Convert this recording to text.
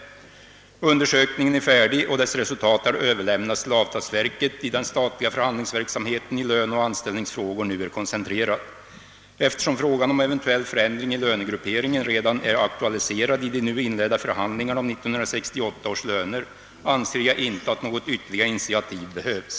Undersökningen är färdig och dess resultat har överlämnats till avtalsverket dit den statliga förhandlingsverksamheten i löneoch anställningsfrågor nu är koncentrerad. Eftersom frågan om eventuell förändring i lönegrupperingen redan är aktualiserad i de nu inledda förhandlingarna om 1968 års löner anser jag inte att något ytterligare initiativ behövs.